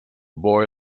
boy